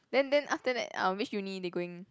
then then after that uh which uni they going